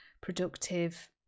productive